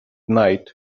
night